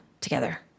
together